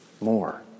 more